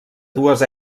dues